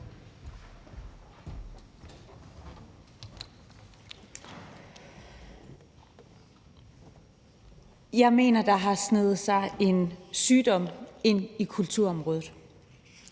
Jeg mener, at der har sneget sig en sygdom ind i kulturområdet,